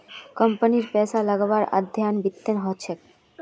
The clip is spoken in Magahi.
कम्पनीत पैसा लगव्वार अध्ययन वित्तत ह छेक